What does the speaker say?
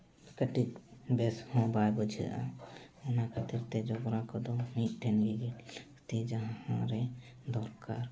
ᱠᱟᱹᱴᱤᱡ ᱵᱮᱥ ᱦᱚᱸ ᱵᱟᱭ ᱵᱩᱡᱷᱟᱹᱜᱼᱟ ᱚᱱᱟ ᱠᱷᱟᱹᱛᱤᱨᱛᱮ ᱡᱚᱵᱨᱟ ᱠᱚᱫᱚ ᱢᱤᱫ ᱴᱷᱮᱱ ᱜᱮ ᱜᱤᱰᱤ ᱞᱟᱹᱠᱛᱤ ᱡᱟᱦᱟᱸᱨᱮ ᱫᱚᱨᱠᱟᱨ